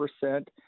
percent